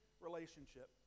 relationship